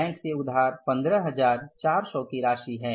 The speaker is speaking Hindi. बैंक से उधार 15400 की राशि है